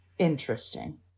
Interesting